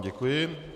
Děkuji.